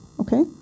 Okay